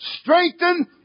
Strengthen